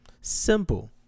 simple